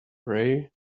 prey